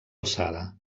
alçada